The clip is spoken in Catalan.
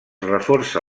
reforça